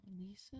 Lisa